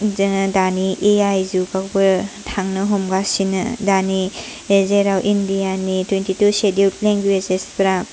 जोङो दानि ए आइ जुगावबो थांनो हमगासिनो दानि जेराव इण्डियानि थुइनथिथु सेडुल लेंगुएजफोरा